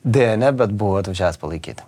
deja ne bet buvau atvažiavęs palaikyti